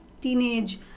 teenage